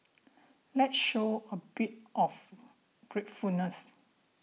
let's show a bit of gratefulness